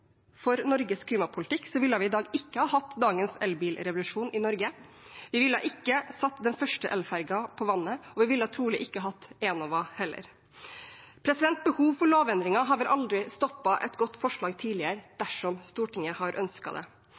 for Norges klimapolitikk, ville vi ikke hatt dagens elbilrevolusjon i Norge, vi ville ikke ha satt den første elfergen på vannet, og vi ville trolig heller ikke hatt Enova. Behov for lovendringer har vel aldri tidligere stoppet et godt forslag, dersom Stortinget har ønsket det.